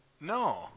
No